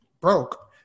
broke